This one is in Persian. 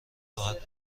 راحت